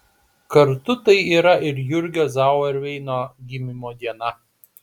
kartu tai yra ir jurgio zauerveino gimimo diena